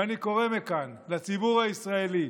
ואני קורא מכאן לציבור הישראלי,